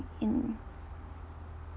in